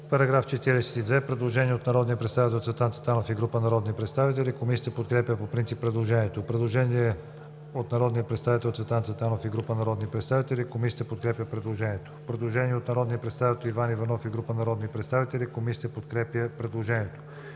предложението. Предложение от народния представител Цветан Цветанов и група народни представители. Комисията подкрепя предложението.